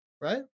right